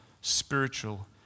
spiritual